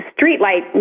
Streetlight